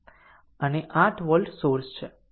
છે અને 8 volt source છે